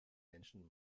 menschen